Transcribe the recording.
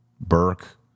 Burke